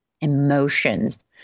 emotions